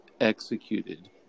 executed